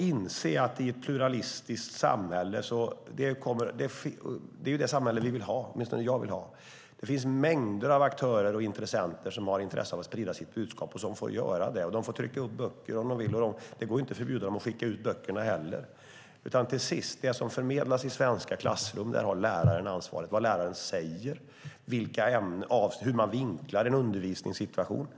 I ett pluralistiskt samhälle - och det är det samhället vi eller åtminstone jag vill ha - får man inse att det finns mängder av aktörer och intressenter som har intresse av att sprida sitt budskap, och det får de göra. De får trycka upp böcker om de vill, och det går heller inte att förbjuda dem att skicka ut böckerna. När det gäller det som förmedlas i svenska klassrum är det till sist läraren som har ansvaret. Det handlar om vad läraren säger och hur man vinklar en undervisningssituation.